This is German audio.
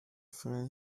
frei